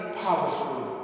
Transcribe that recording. powerful